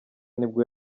nibwo